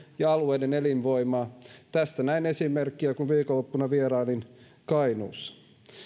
ja alueiden elinvoimaa tästä näin esimerkkejä kun viikonloppuna vierailin kainuussa